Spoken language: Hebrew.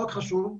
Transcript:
חוק חשוב,